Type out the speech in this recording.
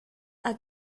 are